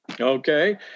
Okay